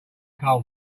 coal